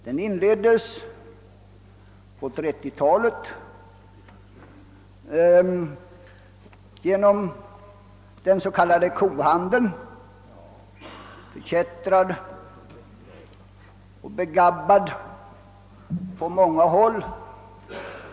Den inleddes på 1930-talet genom den s.k. kohandeln — förkättrad och begabbad på många håll.